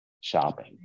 shopping